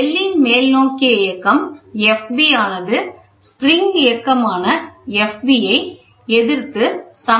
பெல்லின் மேல்நோக்கிய இயக்கம் Fb ஆனது spring இயக்கமான Fb ஐ எதிர்த்து சமப்படுத்தப்படுகிறது